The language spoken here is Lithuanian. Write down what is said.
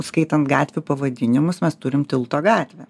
skaitan gatvių pavadinimus mes turim tilto gatvę